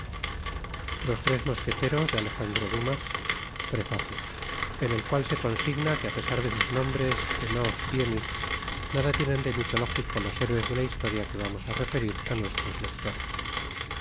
from google book search generated at prefacio en el cual se consigna que apesar de sus nombres etf os y en is nada tienen de mitológico los héroes de la historia qoe vamos a referir k m'f tros lectores